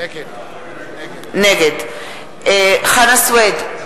נגד חנא סוייד,